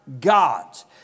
God's